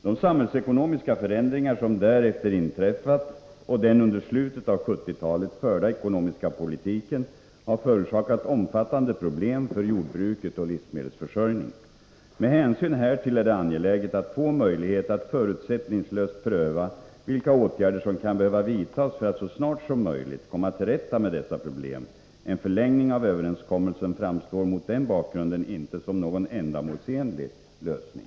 De samhällsekonomiska förändringar som därefter inträffat och den under slutet av 1970-talet förda ekonomiska politiken har förorsakat omfattande problem för jordbruket och livsmedelsförsörjningen. Med hänsyn härtill är det angeläget att få möjlighet att förutsättningslöst pröva vilka åtgärder som kan behöva vidtas för att så snart som möjligt komma till rätta med dessa problem. En förlängning av överenskommelsen framstår mot den bakgrunden inte som någon ändamålsenlig lösning.